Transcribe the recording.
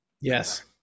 Yes